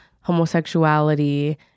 homosexuality